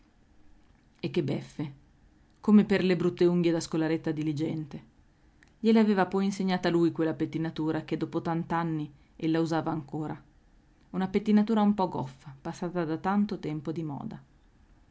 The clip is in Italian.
e che beffe come per le brutte unghie da scolaretta diligente gliel'aveva poi insegnata lui quella pettinatura che dopo tant'anni ella usava ancora una pettinatura un po goffa passata da tanto tempo di moda